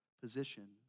position